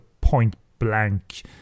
point-blank